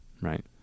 Right